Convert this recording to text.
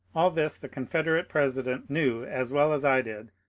all this the confederate president knew as well as i did,